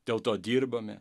dėl to dirbame